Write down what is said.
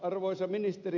arvoisa ministeri